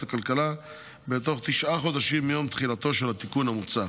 הכלכלה בתוך תשעה חודשים מיום תחילתו של התיקון המוצע.